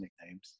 nicknames